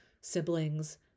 siblings